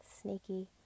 Sneaky